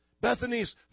Bethany's